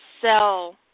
sell